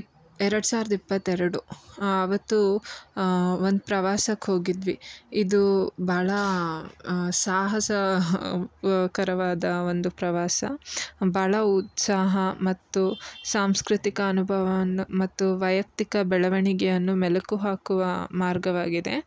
ಇಪ್ ಎರಡು ಸಾವಿರದ ಇಪ್ಪತ್ತೆರಡು ಅವತ್ತು ಒಂದು ಪ್ರವಾಸಕ್ಕೆ ಹೋಗಿದ್ವಿ ಇದು ಭಾಳ ಸಾಹಸ ಕರವಾದ ಒಂದು ಪ್ರವಾಸ ಭಾಳ ಉತ್ಸಾಹ ಮತ್ತು ಸಾಂಸ್ಕೃತಿಕ ಅನುಭವವನ್ನು ಮತ್ತು ವೈಯಕ್ತಿಕ ಬೆಳವಣಿಗೆಯನ್ನು ಮೆಲುಕು ಹಾಕುವ ಮಾರ್ಗವಾಗಿದೆ